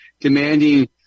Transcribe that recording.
demanding